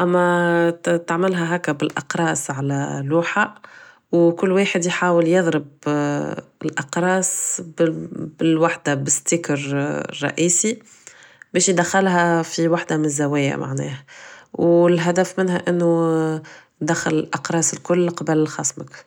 اما تعملها هكا بلاقراص على لوحة و كل واحد يحاول يضرب الاقراص بلوحدة ب ستيكر الرئيسي باش يدخلها في وحدة من الزوايا معناه و الهدف منها انو ندخل الاقراص الكل قبل خصمك